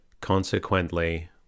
Consequently